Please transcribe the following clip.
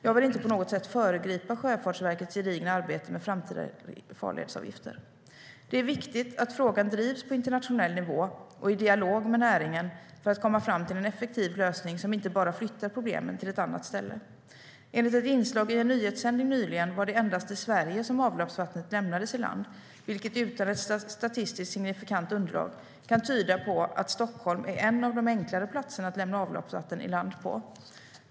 Jag vill inte på något sätt föregripa Sjöfartsverkets gedigna arbete med framtidens farledsavgifter. Det är viktigt att frågan drivs på internationell nivå och i dialog med näringen för att vi ska komma fram till en effektiv lösning som inte bara flyttar problemet till annat ställe. Enligt ett inslag i en nyhetssändning nyligen var det endast i Sverige som avloppsvatten lämnades i land vilket, utan ett statistiskt signifikant underlag, kan tyda på att Stockholm är en av de enklare platserna att lämna avloppsvatten i land på.